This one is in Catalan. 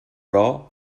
però